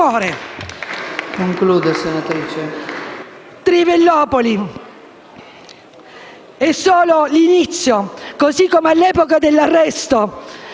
Trivellopoli è solo l'inizio, così come all'epoca l'arresto